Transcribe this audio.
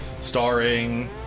starring